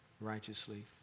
righteously